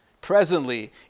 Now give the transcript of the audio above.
presently